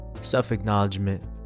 self-acknowledgement